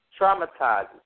traumatizes